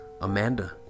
Amanda